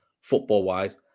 football-wise